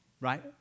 right